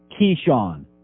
Keyshawn